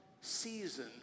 season